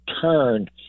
turn